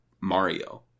Mario